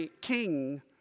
king